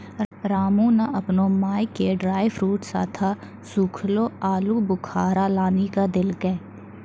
रामू नॅ आपनो माय के ड्रायफ्रूट साथं सूखलो आलूबुखारा लानी क देलकै